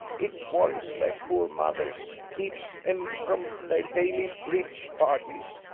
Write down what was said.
it worries their poor mothers, keeps em from their daily bridge parties,